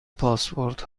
پاسپورت